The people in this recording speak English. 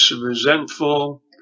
resentful